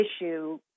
issue